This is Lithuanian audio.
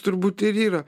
turbūt ir yra